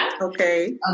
Okay